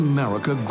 America